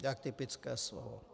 Jak typické slovo.